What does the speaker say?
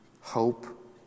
Hope